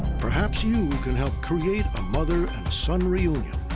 perhaps you can help create a mother and son reunion.